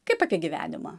kaip apie gyvenimą